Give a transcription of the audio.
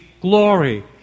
glory